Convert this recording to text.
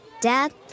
Dad